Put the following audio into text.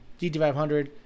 GT500